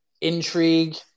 intrigue